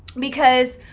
because,